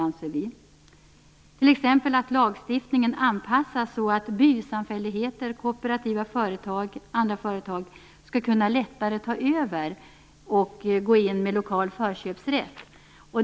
Lagstiftningen kunde t.ex. anpassas så att bysamfälligheter, kooperativa företag och andra företag lättare kan ta över och gå in med lokal förköpsrätt.